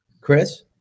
Chris